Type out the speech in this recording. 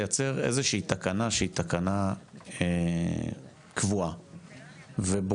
לייצר איזושהי תקנה שהיא תקנה קבועה וברורה,